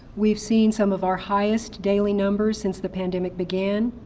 we've seen some of our highest daily numbers, since the pandemic began.